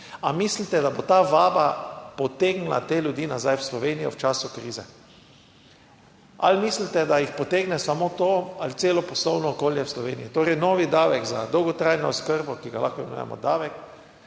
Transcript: Ali mislite, da bo ta vaba potegnila te ljudi nazaj v Slovenijo v času krize? Ali mislite, da jih potegne samo to ali celo poslovno okolje v Sloveniji? Torej, novi davek za dolgotrajno oskrbo, ki ga lahko imenujemo davek,